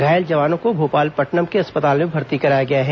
घायल जवानों को भोपालपटनम के अस्पताल में भर्ती कराया गया है